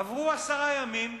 עברו עשרה ימים,